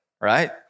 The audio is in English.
right